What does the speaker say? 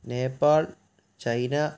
Nepal China